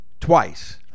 twice